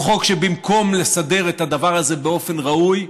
הוא חוק שבמקום לסדר את הדבר הזה באופן ראוי,